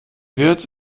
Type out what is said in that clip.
wird